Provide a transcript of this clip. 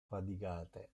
fatigate